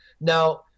now